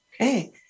Okay